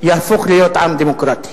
יהפוך להיות עם דמוקרטי?